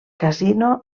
casino